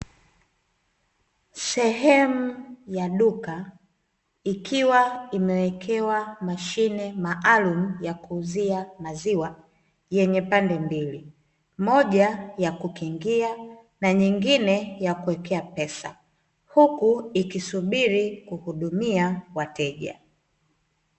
Sehemu ya duka ikiwa imewekewa mashine maalumu ya kuuzia maziwa yenye pande mbili, moja ya kukingia na nyingine ya kuwekea pesa huku ikisubiri kuhudumia wateja.